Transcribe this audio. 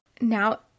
Now